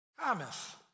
Thomas